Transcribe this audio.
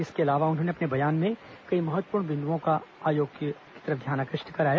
इसके अलावा उन्होंने अपने बयान में कई महत्वपूर्ण बिंदुओं पर आयोग का ध्यान आकृष्ट कराया